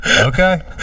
okay